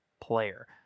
player